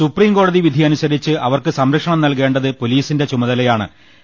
സുപ്രീംകോടതി വിധി അനു സരിച്ച് അവർക്ക് സംരക്ഷണം നൽകേണ്ടത് പൊലീസിന്റെ ചുമതലയാ ണ്